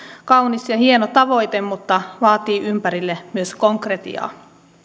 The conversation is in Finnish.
kaunis ja hieno tavoite mutta vaatii ympärilleen myös konkretiaa